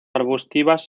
arbustivas